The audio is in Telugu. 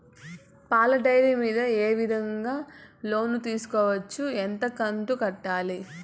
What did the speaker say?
పాల డైరీ మీద ఏ విధంగా లోను తీసుకోవచ్చు? ఎంత కంతు కట్టాలి?